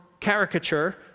caricature